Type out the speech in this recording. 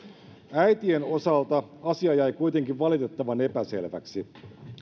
äitien osalta asia jäi kuitenkin valitettavan epäselväksi